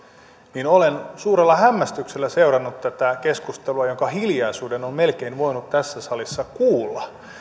niin olen suurella hämmästyksellä seurannut tätä keskustelua jonka hiljaisuuden on melkein voinut tässä salissa kuulla